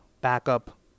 backup